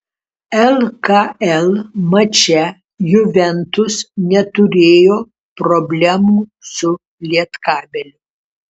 lkl mače juventus neturėjo problemų su lietkabeliu